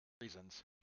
...reasons